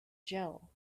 jell